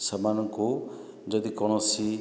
ସେମାନଙ୍କୁ ଯଦି କୌଣସି